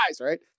right